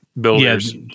builders